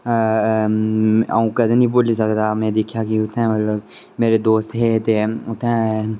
अ'ऊं कदें नी भुल्ली सकदा में दिक्खेआ कि उत्थै मतलब मेरे दोस्त हे ते उत्थै